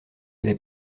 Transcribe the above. avait